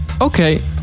okay